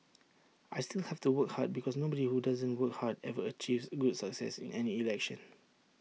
I still have to work hard because nobody who doesn't work hard ever achieves good success in any election